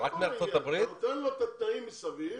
אתה נותן לו את התנאים מסביב